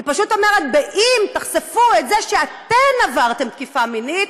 היא פשוט אומרת: אם תחשפו את זה שאתן עברתן תקיפה מינית,